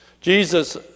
Jesus